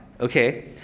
okay